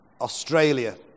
Australia